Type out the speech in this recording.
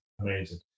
Amazing